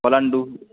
पलाण्डुः